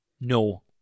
No